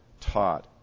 taught